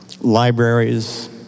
libraries